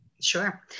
Sure